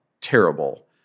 terrible